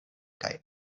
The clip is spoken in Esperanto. kaj